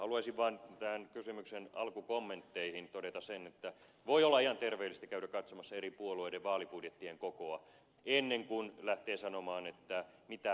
haluaisin vaan kysymyksen alkukommentteihin todeta sen että voi olla ihan terveellistä käydä katsomassa eri puolueiden vaalibudjettien kokoa ennen kuin lähtee sanomaan mitä rahalla on saatu